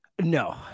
No